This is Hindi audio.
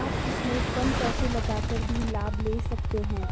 आप इसमें कम पैसे लगाकर भी लाभ ले सकते हैं